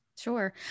Sure